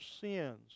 sins